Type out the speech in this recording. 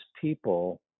people